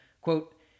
Quote